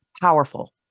powerful